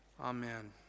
Amen